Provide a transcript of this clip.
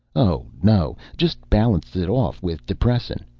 oh, no. just balanced it off with depressin.